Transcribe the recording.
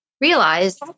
realize